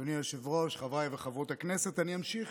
אדוני היושב-ראש, חברי וחברות הכנסת, אני אמשיך